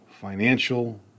financial